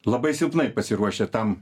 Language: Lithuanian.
labai silpnai pasiruošę tam